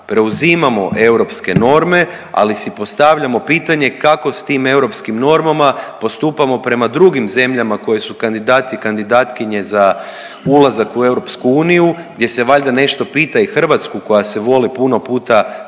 preuzimamo europske norme ali si postavljamo pitanje kako s tim europskim normama postupamo prema drugim zemljama koji su kandidati i kandidatkinje za ulazak u EU gdje se valjda nešto pita i Hrvatsku koja se voli puno puta,